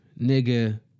nigga